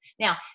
now